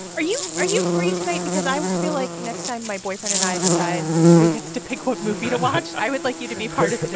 are you are you free tonight because i feel like next time my boyfriend and i decide who gets to pick what movie to watch, i would like you to be part of the discussion